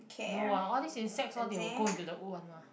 no ah all these insects all they will go in to the wood one mah